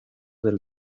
del